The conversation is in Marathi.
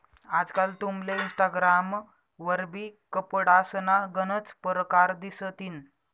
आजकाल तुमले इनस्टाग्राम वरबी कपडासना गनच परकार दिसतीन